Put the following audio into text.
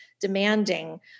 demanding